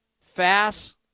Fast